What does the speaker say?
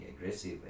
aggressive